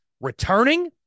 returning